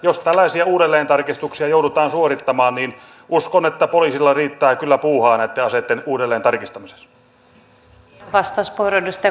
jos tällaisia uudelleentarkistuksia joudutaan suorittamaan niin uskon että poliisilla riittää kyllä puuhaa näitten aseitten uudelleen tarkistamisessa